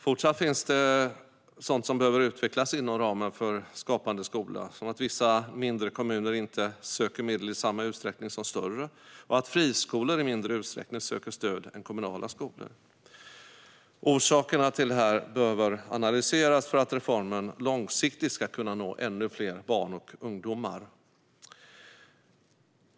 Fortsatt finns dock sådant som behöver utvecklas inom ramen för Skapande skola, till exempel att vissa mindre kommuner inte söker medel i samma utsträckning som större och att friskolor i mindre utsträckning än kommunala skolor söker stöd. Orsakerna till det här behöver analyseras för att reformen långsiktigt ska kunna nå ännu fler barn och ungdomar.